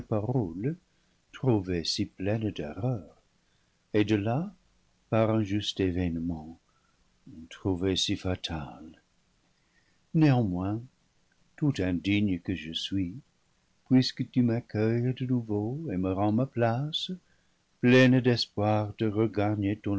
si pleines d'erreur et de là par un juste événement trouvées si fatales néanmoins tout indigne que je suis puisque tu m'accueilles de nouveau et me rends ma place pleine d'espoir de